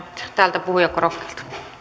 täältä puhujakorokkeelta